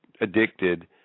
addicted